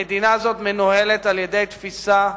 המדינה הזאת מנוהלת על-ידי תפיסה,